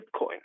Bitcoin